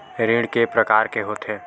ऋण के प्रकार के होथे?